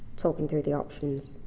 talking through the options.